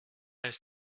ist